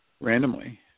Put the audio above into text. randomly